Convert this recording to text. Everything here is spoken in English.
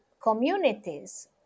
communities